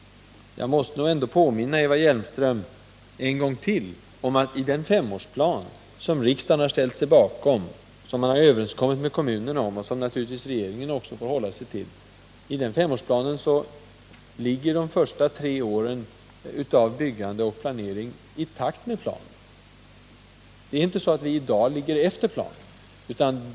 Jag måste nog påminna Eva Hjelmström en gång till om att i den femårsplan som riksdagen har ställt sig bakom, som man har överenskommit med kommunerna om och som naturligtvis regeringen också får hålla sig till, ligger de första tre åren av byggande och planering i takt med planen. Det är inte så att vi i dag ligger efter planen.